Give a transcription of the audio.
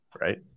right